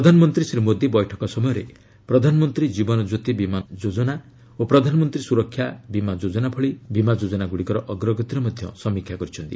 ପ୍ରଧାନମନ୍ତ୍ରୀ ଶ୍ରୀ ମୋଦୀ ବୈଠକ ସମୟରେ 'ପ୍ରଧାନମନ୍ତ୍ରୀ ଜୀବନଜ୍ୟୋତି ବିମା ଯୋଜନା' ଓ 'ପ୍ରଧାନମନ୍ତ୍ରୀ ସୁରକ୍ଷା ବିମା ଯୋଜନା' ଭଳି ବିମା ଯୋଜନାଗୁଡ଼ିକର ଅଗ୍ରଗତିର ମଧ୍ୟ ସମୀକ୍ଷା କରିଛନ୍ତି